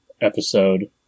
episode